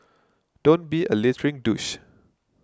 don't be a littering douche